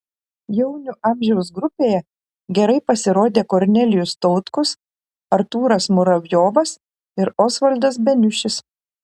jaunių amžiaus grupėje gerai pasirodė kornelijus tautkus artūras muravjovas ir osvaldas beniušis